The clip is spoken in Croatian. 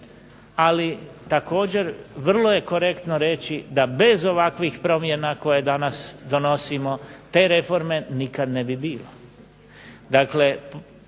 ali također vrlo je korektno reći da bez ovakvih promjena koje danas donosimo te reforme nikad ne bi bilo.